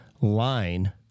line